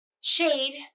Shade